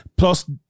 Plus